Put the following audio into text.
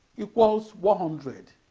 equals one hundred